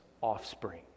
offspring